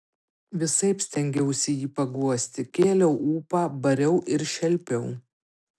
visaip stengiausi jį paguosti kėliau ūpą bariau ir šelpiau